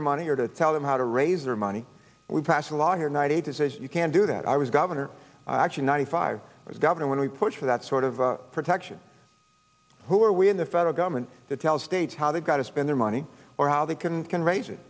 their money or to tell them how to raise their money we pass a law you're not a decision you can't do that i was governor actually ninety five as governor when we push for that sort of protection who are we in the federal government to tell states how they got to spend their money or how they can can raise it